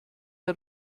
der